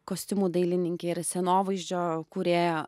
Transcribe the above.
kostiumų dailininkė ir scenovaizdžio kūrėja